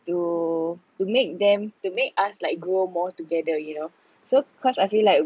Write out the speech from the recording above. to to make them to make us like grow more together you know so cause I feel like